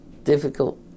Difficult